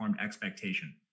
expectation